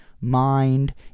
mind